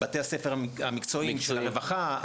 בתי הספר המקצועיים של הרווחה,